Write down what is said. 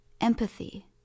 empathy